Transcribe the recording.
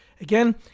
Again